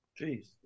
Jeez